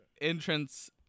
entrance